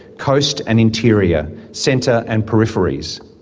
coast and interior, centre and peripheries.